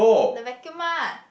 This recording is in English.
the vacuum lah